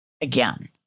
again